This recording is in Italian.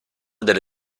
delle